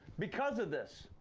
because of this,